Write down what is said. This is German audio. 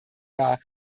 war